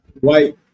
White